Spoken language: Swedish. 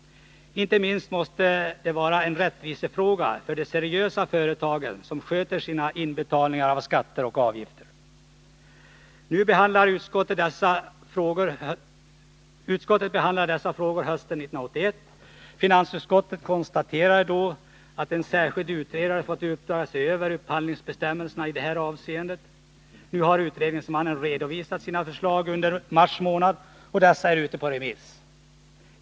Inte minst måste det vara en rättvisefråga för de seriösa företagen, som sköter sina inbetalningar av skatter och avgifter. Finansutskottet behandlade dessa frågor hösten 1981. Utskottet konstaterade då att en särskild utredare fått i uppdrag att se över upphandlingsbestämmelserna i detta avseende. Nu har utredningsmannen under mars månad redovisat sina förslag, och dessa är ute på remiss.